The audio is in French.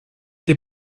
les